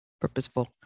purposeful